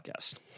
podcast